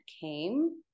came